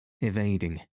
Evading